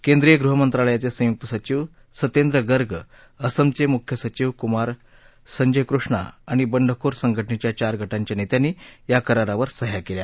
केंद्रीय गृहमंत्रालयाचे संयुक्त सचिव संत्येंद्र गर्ग असमचे मुख्य सचिव कुमार संजय कृष्णा आणि बंडखोर संघटनेच्या चार गटांच्या नेत्यांनी करारावर सह्या केल्या